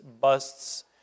busts